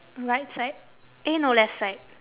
right side eh no left side